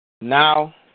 now